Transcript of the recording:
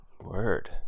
Word